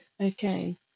Okay